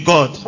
God